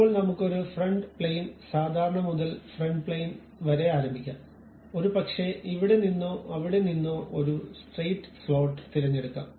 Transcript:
ഇപ്പോൾ നമുക്ക് ഒരു ഫ്രണ്ട് പ്ലെയിൻ സാധാരണ മുതൽ ഫ്രണ്ട് പ്ലെയിൻ വരെ ആരംഭിക്കാം ഒരുപക്ഷേ ഇവിടെനിന്നോ അവിടെനിന്നോ ഒരു സ്ട്രെയിറ്റ് സ്ലോട്ട് തിരഞ്ഞെടുക്കാം